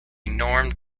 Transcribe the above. norm